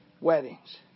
weddings